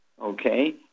okay